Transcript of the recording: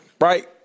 right